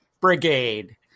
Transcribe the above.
brigade